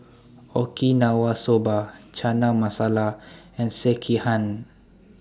Okinawa Soba Chana Masala and Sekihan